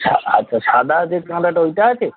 আচ্ছা সাদা যে গাঁদাটা ওইটা আছে